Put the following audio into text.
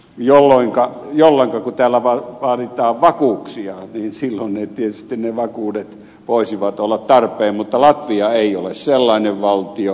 jolloinka kun täällä vaaditaan vakuuksia niin silloin tietysti ne vakuudet voisivat olla tarpeen mutta latvia ei ole sellainen valtio